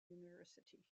university